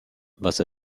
was